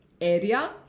area